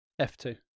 F2